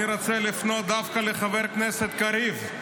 אני רוצה לפנות דווקא לחבר כנסת קריב.